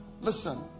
Listen